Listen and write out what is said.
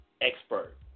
expert